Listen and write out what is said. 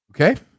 Okay